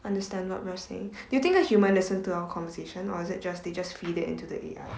understand what we're saying do you think the human listen to our conversation or is it just they just feed it into the A_I